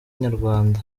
inyarwanda